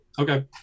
okay